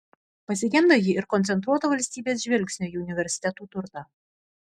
pasigenda ji ir koncentruoto valstybės žvilgsnio į universitetų turtą